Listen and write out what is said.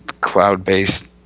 cloud-based